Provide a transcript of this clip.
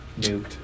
Nuked